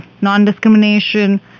non-discrimination